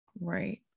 right